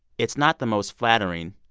it's not the most flattering,